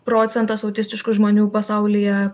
procentas autistiškų žmonių pasaulyje